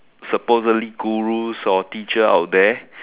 supposedly gurus or teacher out there